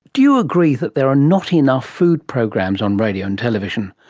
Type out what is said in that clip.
do you agree that there are not enough food programs on radio and television?